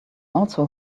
also